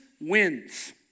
wins